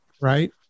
right